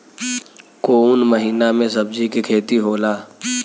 कोउन महीना में सब्जि के खेती होला?